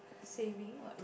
saving